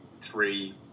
three